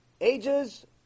ages